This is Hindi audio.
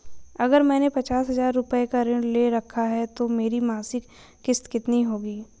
अगर मैंने पचास हज़ार रूपये का ऋण ले रखा है तो मेरी मासिक किश्त कितनी होगी?